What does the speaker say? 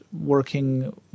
working